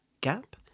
gap